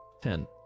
Ten